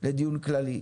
לדיון כללי.